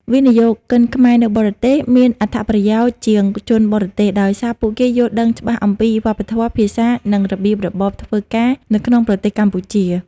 វិនិយោគិនខ្មែរនៅបរទេសមានអត្ថប្រយោជន៍ជាងជនបរទេស ដោយសារពួកគេយល់ដឹងច្បាស់អំពីវប្បធម៌ ភាសា និងរបៀបរបបធ្វើការនៅក្នុងប្រទេសកម្ពុជា។